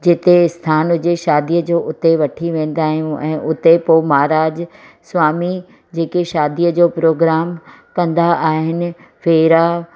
जिते स्थानु हुजे शादी जो उते वठी वेंदा आहियूं ऐं उते पोइ महाराज स्वामी जेके शादी जो प्रोग्राम कंदा आहिनि फेरा